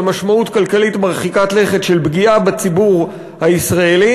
משמעות כלכלית מרחיקת לכת של פגיעה בציבור הישראלי,